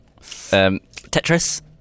Tetris